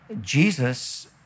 Jesus